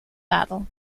battle